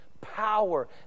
power